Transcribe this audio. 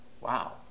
Wow